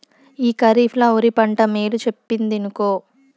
ఈ కరీఫ్ ల ఒరి పంట మేలు చెప్పిందినుకో